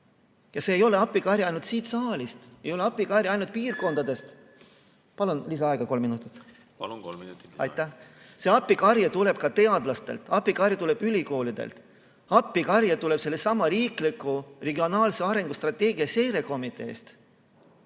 See ei ole appikarje ainult siit saalist, see ei ole appikarje ainult piirkondadest ... Palun lisaaega kolm minutit. Palun! Kolm minutit. Aitäh! See appikarje tuleb teadlastelt, appikarje tuleb ülikoolidelt, appikarje tuleb ka sellestsamast riiklikust regionaalse arengu strateegia seirekomiteest.